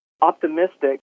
optimistic